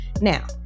now